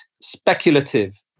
speculative